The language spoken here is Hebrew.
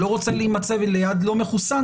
שלא רוצה להימצא ליד לא מחוסן,